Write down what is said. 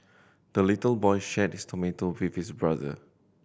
the little boy shared his tomato with his brother